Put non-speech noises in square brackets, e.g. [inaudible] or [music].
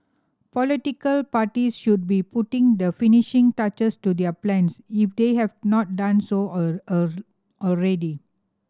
political parties should be putting the finishing touches to their plans if they have not done so [unintelligible] already